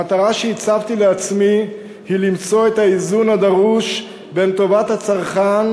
מטרה שהצבתי לעצמי היא למצוא את האיזון הדרוש בין טובת הצרכן